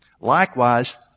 Likewise